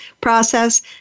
process